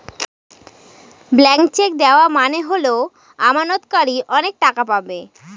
blank cheque দেওয়া মানে হল আমানতকারী অনেক টাকা পাবে